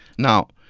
now,